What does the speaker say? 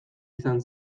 izan